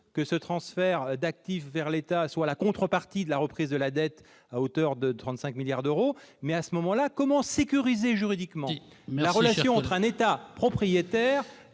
que ce transfert d'actifs vers l'État soit la contrepartie de la reprise de la dette à hauteur de 35 milliards d'euros, mais, dès lors, comment sécuriser juridiquement la relation entre un État propriétaire